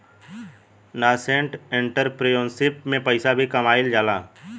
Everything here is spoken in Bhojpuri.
नासेंट एंटरप्रेन्योरशिप में पइसा भी कामयिल जाला